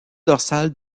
dorsale